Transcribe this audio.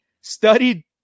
studied